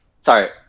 sorry